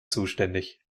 zuständig